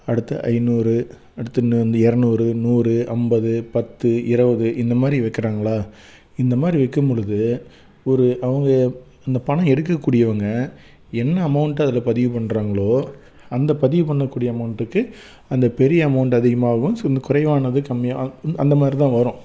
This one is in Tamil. அடுத்த ஐந்நூறு அடுத்து நு வந்து இரநூறு நூறு ஐம்பது பத்து இருவது இந்தமாதிரி வைக்கிறாங்களா இந்தமாதிரி வைக்கும்பொழுது ஒரு அவங்க அந்த பணம் எடுக்கக்கூடியவங்க என்ன அமௌண்கிட்ட அதில் பதிவு பண்ணுறாங்களோ அந்த பதிவு பண்ணக்கூடிய அமௌண்ட்டுக்கு அந்த பெரிய அமௌண்டு அதிகமாகவும் சின்ன குறைவானது கம்மியாக அ இந் அந்தமாதிரிதான் வரும்